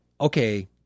okay